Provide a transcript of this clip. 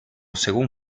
según